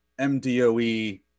MDOE